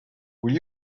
will